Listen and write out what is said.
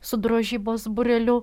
su drožybos būreliu